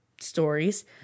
stories